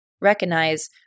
recognize